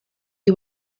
you